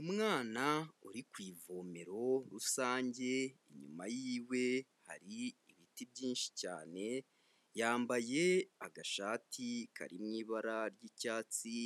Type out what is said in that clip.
Umwana uri ku ivomero rusange, inyuma y'iwe hari ibiti byinshi cyane, yambaye agashati kari mu ibara ry'icyatsi,